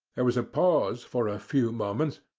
there was a pause for a few moments,